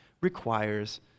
requires